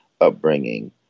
upbringing